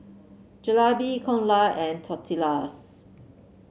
Jalebi Dhokla and Tortillas